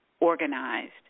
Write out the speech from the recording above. organized